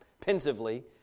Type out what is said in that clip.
pensively